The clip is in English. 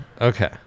Okay